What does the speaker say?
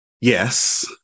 Yes